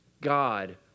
God